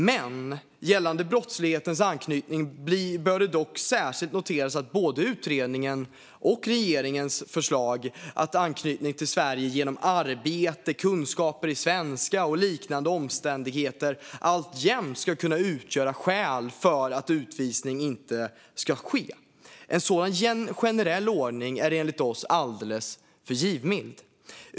Men gällande brottslighetens anknytning bör det särskilt noteras att både utredningen och regeringens förslag att anknytning till Sverige genom arbete, kunskaper i svenska och liknande omständigheter alltjämt ska kunna utgöra skäl för att utvisning inte ska ske. En sådan generell ordning är enligt oss alldeles för givmild.